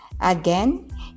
Again